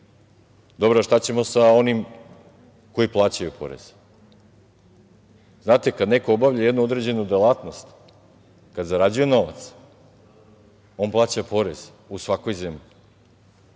Dobro, a šta ćemo sa onim koji plaćaju porez? Znate, kada neko obavlja neku određenu delatnost, kad zarađuje novac, on plaća porez u svakoj zemlji.